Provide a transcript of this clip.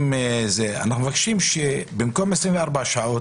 מפחדים מאפשרות של מניפולציה,